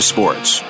Sports